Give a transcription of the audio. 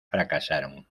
fracasaron